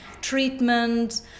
treatment